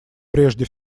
прежде